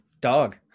dog